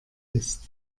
ist